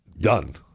done